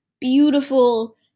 beautiful